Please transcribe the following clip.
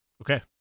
Okay